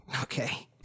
Okay